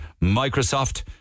Microsoft